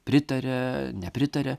pritaria nepritaria